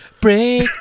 Break